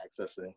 accessing